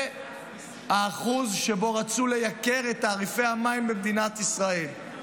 זה האחוז שבו רצו לייקר את תעריפי המים במדינת ישראל,